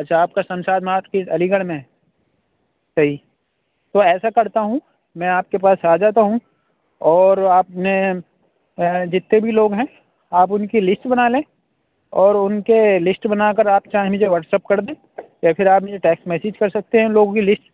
اچھا آپ کا سمسان گھاٹ کی علی گرھ میں صحیح تو ایسا کرتا ہوں میں آپ کے پاس آ جاتا ہوں اور آپ نے جتنے بھی لوگ ہیں آپ اُن کی لیسٹ بنا لیں اور اُن کے لیسٹ بنا کر آپ چاہیں مجھے واٹس ایپ کر دیں یا پھر آپ مجھے ٹیکسٹ میسج کر سکتے ہیں لوگوں کی لیسٹ